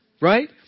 Right